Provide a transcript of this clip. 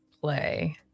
play